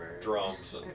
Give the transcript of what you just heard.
drums